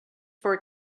for